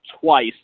twice